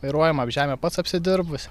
vairuojamą žemę pats apsidirbu